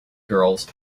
girls